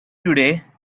today